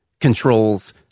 controls